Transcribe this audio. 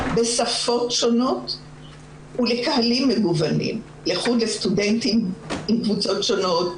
בשפות שונות ולקהלים מגוונים: לסטודנטים מקבוצות שונות,